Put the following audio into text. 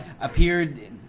appeared